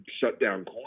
shut-down